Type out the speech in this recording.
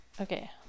Okay